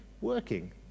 working